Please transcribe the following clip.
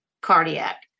cardiac